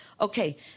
Okay